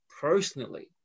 personally